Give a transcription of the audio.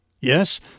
Yes